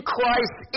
Christ